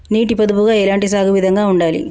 నీటి పొదుపుగా ఎలాంటి సాగు విధంగా ఉండాలి?